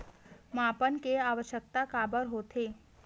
मापन के आवश्कता काबर होथे?